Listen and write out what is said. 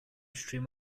stream